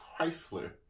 Chrysler